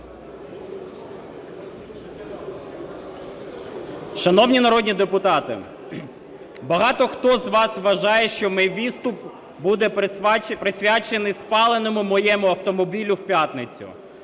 Шановні народні депутати, багато хто з вас вважає, що мій виступ буде присвячений спаленому моєму автомобілю в п'ятницю,